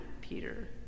Peter